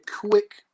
quick